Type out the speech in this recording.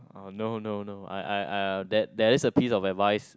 uh no no no I I I that's that is a piece of advice